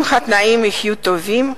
אם התנאים יהיו טובים,